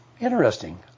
Interesting